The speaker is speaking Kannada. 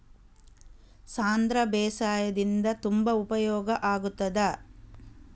ಸಾಂಧ್ರ ಬೇಸಾಯದಿಂದ ತುಂಬಾ ಉಪಯೋಗ ಆಗುತ್ತದಾ?